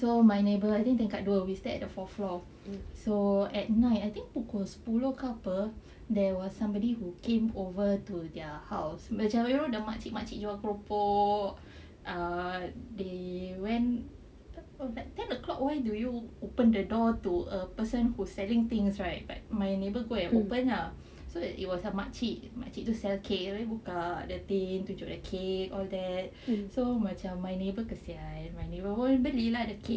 so my neighbour I think tingkat dua we stay at the fourth floor so at night I think pukul sepuluh ke apa there was somebody who came over to their house macam you know the makcik-makcik jual keropok err they went at ten o’clock why do you open the door to a person who selling things right but my neighbour go and open ah so it it was a makcik selling cake tunjuk the cake all that so macam my neighbour kasihan then my neighbour pun beli lah the cake